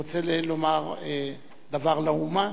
אתה רוצה לומר דבר לאומה